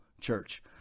church